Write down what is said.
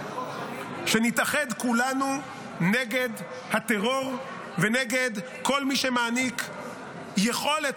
שנתאחד כולנו נגד הטרור ונגד כל מי שמעניק יכולת